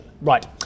Right